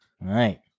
right